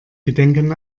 gedenken